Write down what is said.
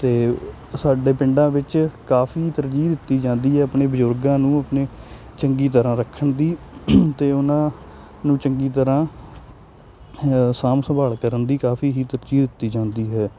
ਅਤੇ ਸਾਡੇ ਪਿੰਡਾਂ ਵਿੱਚ ਕਾਫੀ ਤਰਜੀਹ ਦਿੱਤੀ ਜਾਂਦੀ ਆਪਣੇ ਬਜ਼ੁਰਗਾਂ ਨੂੰ ਆਪਣੇ ਚੰਗੀ ਤਰ੍ਹਾਂ ਰੱਖਣ ਦੀ ਅਤੇ ਉਹਨਾਂ ਨੂੰ ਚੰਗੀ ਤਰ੍ਹਾਂ ਹ ਸਾਂਭ ਸੰਭਾਲ ਕਰਨ ਦੀ ਕਾਫੀ ਹੀ ਤਰਜੀਹ ਦਿੱਤੀ ਜਾਂਦੀ ਹੈ